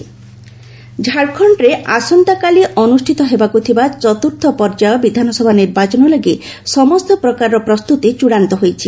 Jharkhand election ଝାଡ଼ଖଣ୍ଡରେ ଆସନ୍ତାକାଲି ଅନୁଷ୍ଠିତ ହେବାକୁଥିବା ଚତୁର୍ଥ ପର୍ଯ୍ୟାୟ ବିଧାନସଭା ନିର୍ବାଚନ ଲାଗି ସମସ୍ତ ପ୍ରକାରର ପ୍ରସ୍ତୁତି ଚଡ଼ାନ୍ତ ହୋଇଛି